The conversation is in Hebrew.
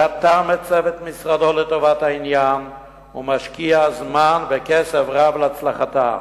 רתם את צוות משרדו לטובת העניין ומשקיע זמן וכסף רב להצלחתו.